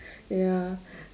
ya